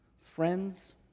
Friends